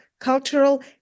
cultural